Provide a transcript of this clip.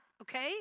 okay